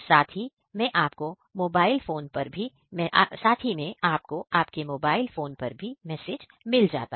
साथ ही मैं आपको आपके मोबाइल फोन पर मैसेज भी मिल जाता है